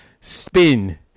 spin